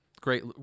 great